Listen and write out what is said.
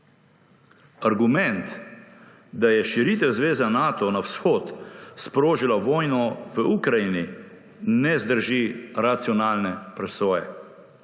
Argument, da je širitev zveze Nato na vzhod sprožila vojno v Ukrajini, ne zdrži racionalne presoje.